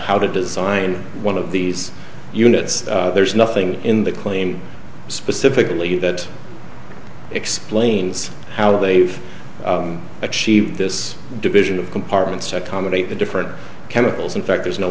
how to design one of these units there's nothing in the clean specifically that explains how they've achieved this division of compartments to accommodate the different chemicals in fact there's no